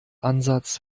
ansatz